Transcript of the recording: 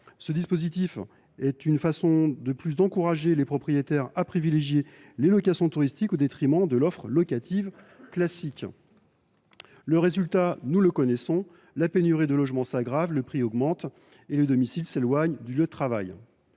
Ce dispositif est une façon de plus d’encourager les propriétaires à privilégier les locations touristiques au détriment de l’offre locative classique. Le résultat, nous le connaissons : la pénurie de logements s’aggrave, les prix augmentent et les domiciles s’éloignent des lieux de travail.